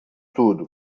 tudo